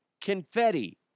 Confetti